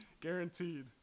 Guaranteed